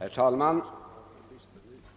Herr talman!